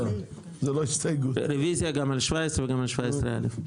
וגם על 17 (א).